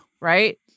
Right